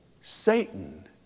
Satan